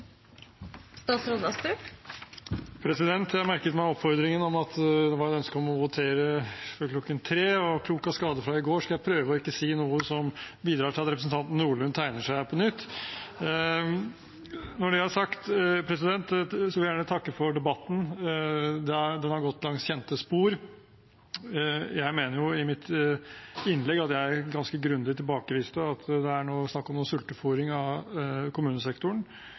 Jeg merket meg oppfordringen og ønsket om å votere før kl. 15, og klok av skade fra i går skal jeg prøve å ikke si noe som bidrar til at representanten Nordlund tegner seg på nytt! Når det er sagt, vil jeg gjerne takke for debatten. Den har gått langs kjente spor. Jeg mener at jeg i mitt innlegg ganske grundig tilbakeviste at det er snakk om noen sultefôring av kommunesektoren.